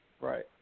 Right